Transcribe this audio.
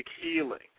Healing